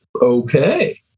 okay